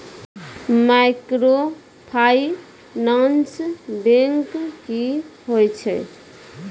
Microfinance bank की होय छै?